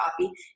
copy